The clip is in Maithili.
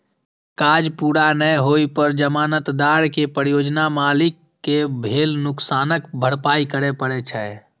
काज पूरा नै होइ पर जमानतदार कें परियोजना मालिक कें भेल नुकसानक भरपाइ करय पड़ै छै